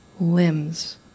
limbs